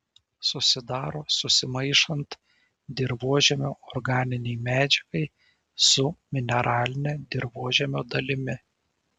susidaro susimaišant dirvožemio organinei medžiagai su mineraline dirvožemio dalimi